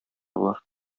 болар